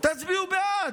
תצביעו בעד.